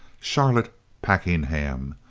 charlotte packenham,